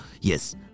Yes